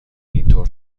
اینطور